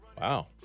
Wow